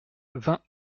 vingt